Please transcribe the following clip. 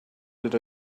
did